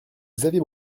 xavier